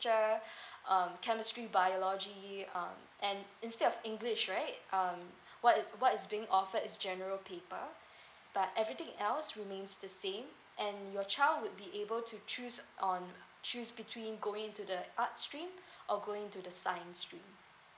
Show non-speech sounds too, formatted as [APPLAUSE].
[BREATH] um chemistry biology um and instead of english right um what is what is being offered is general paper [BREATH] but everything else remains the same and your child would be able to choose on choose between going to the art stream [BREATH] or going to the science stream